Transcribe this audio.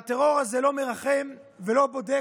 והטרור הזה לא מרחם ולא בודק,